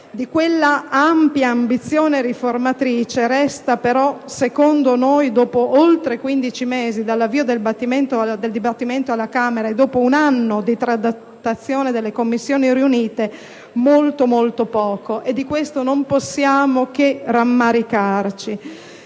Di quell'ampia ambizione riformatrice però, secondo noi, dopo oltre quindici mesi dall'avvio del dibattimento alla Camera e dopo un anno di trattazione da parte delle Commissioni riunite, resta molto poco. Di questo non possiamo che rammaricarci.